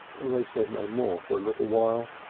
they said no more for a little while.